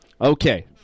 Okay